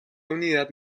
unidad